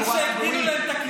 הנכים, שהגדילו להם את הקצבה?